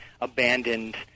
abandoned